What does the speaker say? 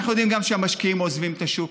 אנחנו יודעים גם שהמשקיעים עוזבים את השוק.